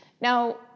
Now